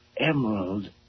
emerald